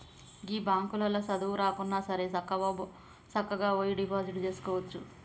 గీ బాంకులల్ల సదువు రాకున్నాసరే సక్కగవోయి డిపాజిట్ జేసుకోవచ్చు